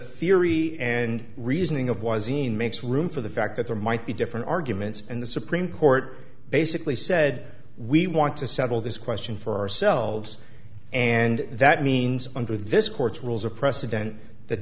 theory and reasoning of was seen makes room for the fact that there might be different arguments and the supreme court basically said we want to settle this question for ourselves and that means under this court's rules or precedents that